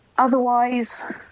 otherwise